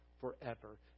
forever